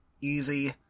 easy